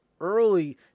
early